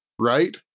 right